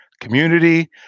community